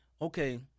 okay